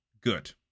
good